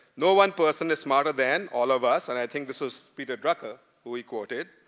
no one person is smarter than all of us. and i think this was peter drucker who he quoted.